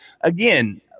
again